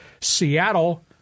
Seattle